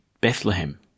Bethlehem